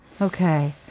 Okay